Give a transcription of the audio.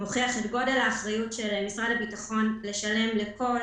גודל האחריות של משרד הביטחון לשלם לכל